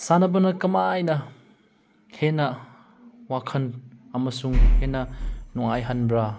ꯁꯥꯟꯅꯕꯅ ꯀꯃꯥꯏꯅ ꯍꯦꯟꯅ ꯋꯥꯈꯟ ꯑꯃꯁꯨꯡ ꯍꯦꯟꯅ ꯅꯨꯡꯉꯥꯏꯍꯟꯕ꯭ꯔꯥ